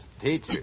teacher